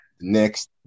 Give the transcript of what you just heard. next